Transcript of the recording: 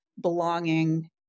belonging